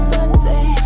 Sunday